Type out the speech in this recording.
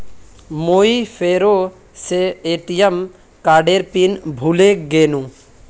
मुई फेरो से ए.टी.एम कार्डेर पिन भूले गेनू